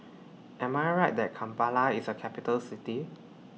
Am I Right that Kampala IS A Capital City